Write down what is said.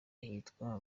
ahitwa